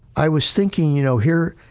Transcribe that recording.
i was thinking, you know, here,